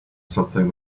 something